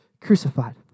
crucified